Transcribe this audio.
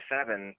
Seven